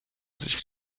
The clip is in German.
sich